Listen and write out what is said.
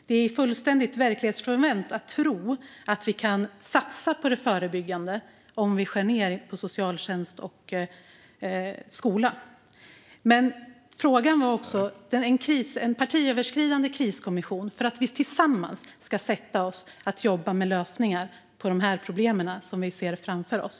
Det är fullständigt verklighetsfrånvänt att tro att vi kan satsa på det förebyggande om vi skär ned på socialtjänst och skola. Min fråga var alltså om en partiöverskridande kriskommission för att vi tillsammans ska sätta oss och jobba med lösningar på problemen som vi ser framför oss.